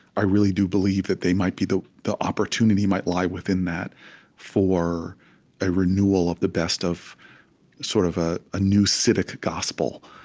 i really do believe that they might be the the opportunity might lie within that for a renewal of the best of sort of ah a new civic gospel,